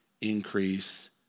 increase